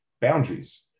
boundaries